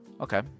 Okay